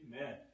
Amen